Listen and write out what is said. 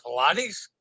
Pilates